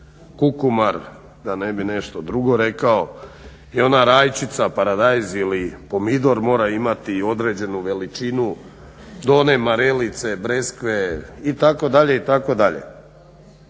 kukumar, da ne bi nešto drugo rekao i ona rajčica, paradajz ili pomidor mora imati i određenu veličinu, do one marelice, breskve itd. itd.